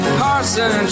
carson